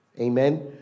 Amen